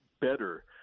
better